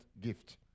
gift